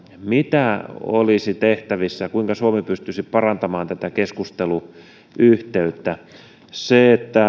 mitä olisi tehtävissä kuinka suomi pystyisi parantamaan tätä keskusteluyhteyttä se että